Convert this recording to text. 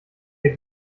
der